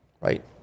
right